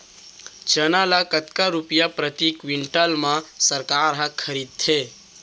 चना ल कतका रुपिया प्रति क्विंटल म सरकार ह खरीदथे?